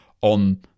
on